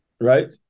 Right